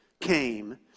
came